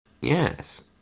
yes